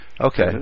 Okay